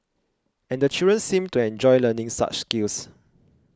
and the children seemed to enjoy learning such skills